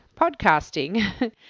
podcasting